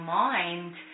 mind